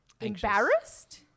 embarrassed